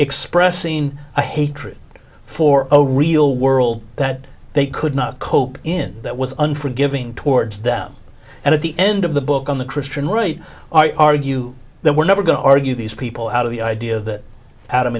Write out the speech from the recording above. expressing a hatred for a real world that they could not cope in that was unforgiving towards them and at the end of the book on the christian right argue they were never going to argue these people out of the idea that adam